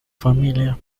familia